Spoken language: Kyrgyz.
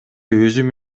өзүм